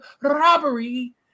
robbery